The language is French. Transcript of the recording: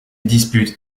dispute